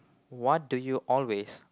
what do you always